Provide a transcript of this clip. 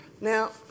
now